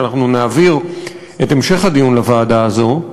שאנחנו נעביר את המשך הדיון לוועדה הזו.